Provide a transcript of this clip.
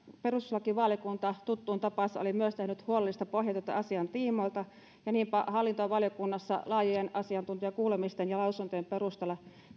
perustuslakivaliokunta tuttuun tapaansa oli tehnyt huolellista pohjatyötä asian tiimoilta ja niinpä hallintovaliokunnassa laajojen asiantuntijakuulemisten ja lausuntojen perusteella